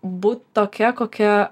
būt tokia kokia